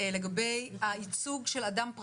יהיו מקומות שלא נצליח הם בשוליים.